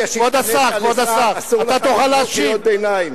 שהתמנית לשר אסור לך לקרוא קריאות ביניים.